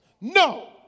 No